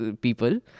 people